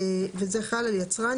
יצרן,